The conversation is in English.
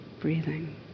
breathing